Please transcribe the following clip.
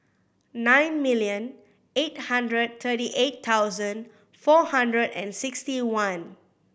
nine million eight hundred thirty eight thousand four hundred and sixty one